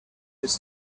his